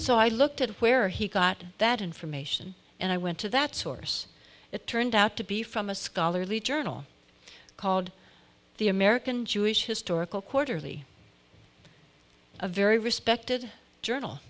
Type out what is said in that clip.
so i looked at where he got that information and i went to that source it turned out to be from a scholarly journal called the american jewish historical quarterly a very respected journal